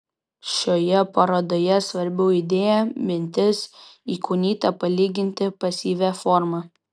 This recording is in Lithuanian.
šioje parodoje svarbiau idėja mintis įkūnyta palyginti pasyvia forma